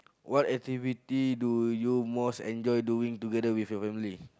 what activity do you most enjoy doing together with your family